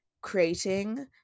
creating